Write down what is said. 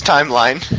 Timeline